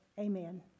Amen